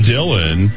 Dylan